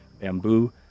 bamboo